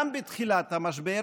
גם בתחילת המשבר,